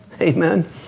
Amen